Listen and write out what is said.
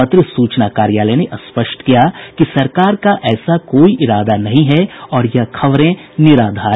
पत्र सूचना कार्यालय ने स्पष्ट किया कि सरकार का ऐसा कोई इरादा नहीं है और यह खबरें निराधार हैं